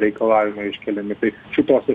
reikalavimai iškeliami tai šitose